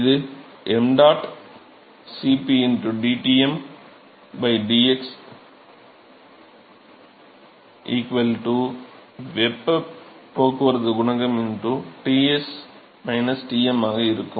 இது ṁ Cp dTm dx வெப்பப் போக்குவரத்துக் குணகம் Ts Tm ஆக இருக்கும்